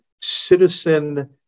citizen